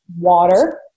water